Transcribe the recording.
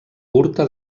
curta